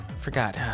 forgot